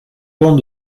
long